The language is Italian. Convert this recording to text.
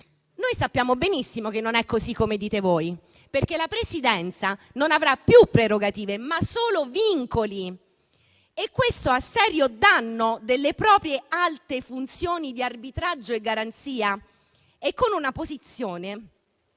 Noi sappiamo benissimo che non è come dite voi, perché la Presidenza non avrà più prerogative, ma solo vincoli. E questo a serio danno delle proprie alte funzioni di arbitraggio e garanzia, e con una posizione